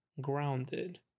grounded